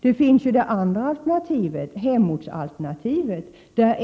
Det finns ett annat alternativ, hemortsalternativet.